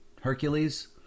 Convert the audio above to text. Hercules